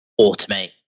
automate